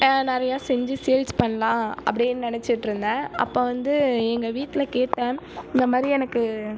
நிறைய செஞ்சு சேல்ஸ் பண்ணலாம் அப்படின்னு நெனைச்சிட்டு இருந்தேன் அப்போ வந்து எங்கள் வீட்டில் கேட்டேன் இந்த மாதிரி எனக்கு